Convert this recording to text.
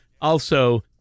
also-